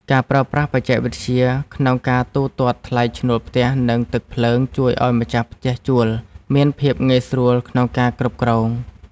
ការប្រើប្រាស់បច្ចេកវិទ្យាក្នុងការទូទាត់ថ្លៃឈ្នួលផ្ទះ និងទឹកភ្លើងជួយឱ្យម្ចាស់ផ្ទះជួលមានភាពងាយស្រួលក្នុងការគ្រប់គ្រង។